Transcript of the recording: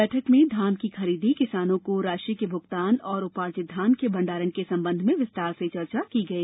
बैठक में धान की खरीदी किसानों को राशि के भुगतान और उपार्जित धान के भंडारण के संबंध में विस्तार से चर्चा की गई